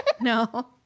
no